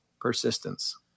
persistence